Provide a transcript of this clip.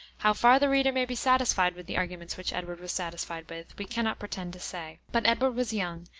how far the reader may be satisfied with the arguments which edward was satisfied with, we can not pretend to say but edward was young,